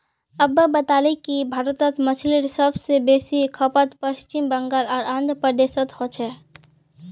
अब्बा बताले कि भारतत मछलीर सब स बेसी खपत पश्चिम बंगाल आर आंध्र प्रदेशोत हो छेक